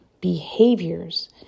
behaviors